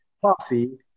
coffee